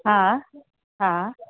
हा हा